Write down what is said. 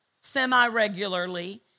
semi-regularly